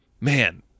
man